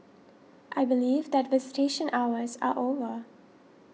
I believe that visitation hours are over